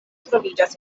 troviĝas